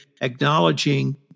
acknowledging